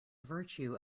virtue